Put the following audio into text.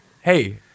Hey